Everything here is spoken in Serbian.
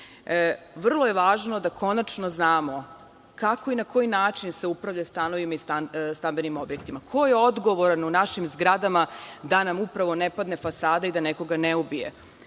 je važno da konačno znamo kako i na koji način se upravlja stanovima i stambenim objektima, ko je odgovoran u našim zgradama, da nam upravo ne padne fasada i da nekoga ne ubije,